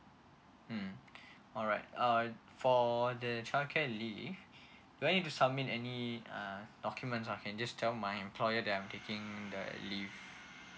mm alright uh for the child care leave do I need to submit any uh documents or can just tell my employer that I am taking the leave